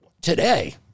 today